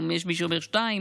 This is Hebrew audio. או שיש מי שאומר 2,